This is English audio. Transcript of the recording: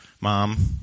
Mom